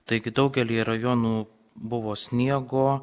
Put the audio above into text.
taigi daugelyje rajonų buvo sniego